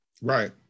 Right